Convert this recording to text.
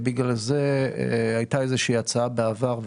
בגלל זה הייתה איזושהי הצעה בעבר .